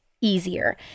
easier